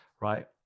right